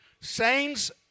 Saints